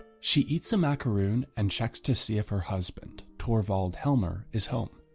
she eats a macaroon and checks to see if her husband, torvald helmer is home.